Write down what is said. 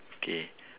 okay